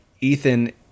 ethan